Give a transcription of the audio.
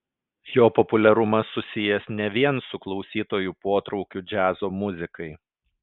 jo populiarumas susijęs ne vien su klausytojų potraukiu džiazo muzikai